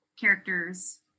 characters